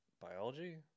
Biology